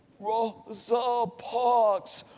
rosa so parks,